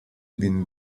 viene